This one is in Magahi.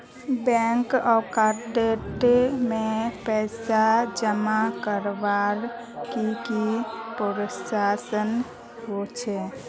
बैंक अकाउंट में पैसा जमा करवार की की प्रोसेस होचे?